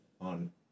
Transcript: on